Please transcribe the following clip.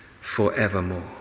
forevermore